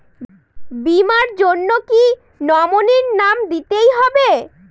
বীমার জন্য কি নমিনীর নাম দিতেই হবে?